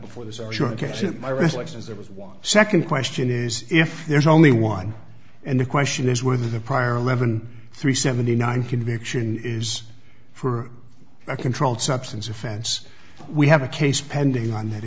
before those are sure to catch it my recollection is there was one second question is if there's only one and the question is whether the prior eleven three seventy nine conviction is for a controlled substance offense we have a case pending on that